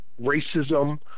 racism